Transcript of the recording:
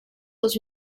dans